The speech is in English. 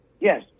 Yes